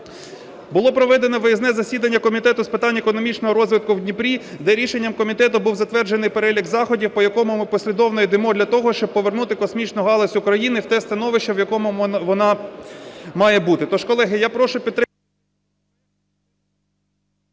Було проведено виїзне засідання Комітету з питань економічного розвитку в Дніпрі, де рішенням комітету був затверджений перелік заходів, по якому ми послідовно йдемо для того, щоб повернути космічну галузь України в те становище, в якому вона має бути.